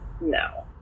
No